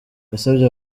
yasabye